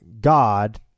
God